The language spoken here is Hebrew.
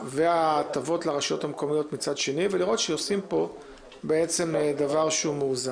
וההטבות לרשויות ותראה שעושים פה דבר שהוא מאוזן.